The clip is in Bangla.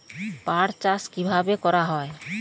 পাট চাষ কীভাবে করা হয়?